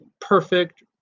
perfect